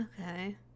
Okay